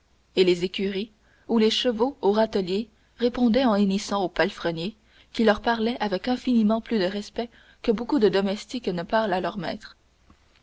et les écuries où les chevaux au râtelier répondaient en hennissant aux palefreniers qui leur parlaient avec infiniment plus de respect que beaucoup de domestiques ne parlent à leurs maîtres